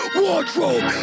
wardrobe